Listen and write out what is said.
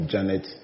Janet